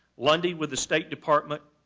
lundy with the state department,